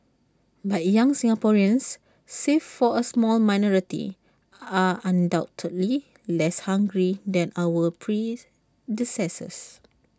but young Singaporeans save for A small minority are undoubtedly less hungry than our predecessors